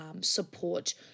support